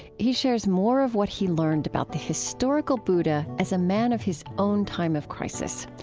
he shares more of what he learned about the historical buddha as a man of his own time of crisis.